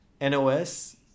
NOS